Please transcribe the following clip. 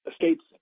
states